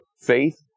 faith